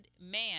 man